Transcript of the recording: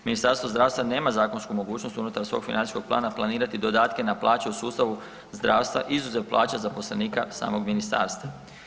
Ministarstvo zdravstva nema zakonsku mogućnost unutar svog financijskog plana planirati dodatke na plaće u sustavu zdravstva izuzev plaća zaposlenika samog ministarstva.